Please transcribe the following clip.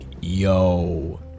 yo